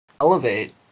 Elevate